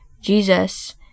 Jesus